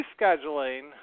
rescheduling